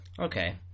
Okay